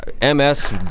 MS